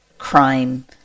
Crime